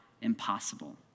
impossible